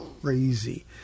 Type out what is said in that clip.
crazy